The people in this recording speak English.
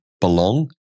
belong